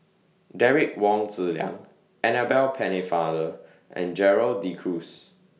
Derek Wong Zi Liang Annabel Pennefather and Gerald De Cruz